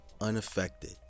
Unaffected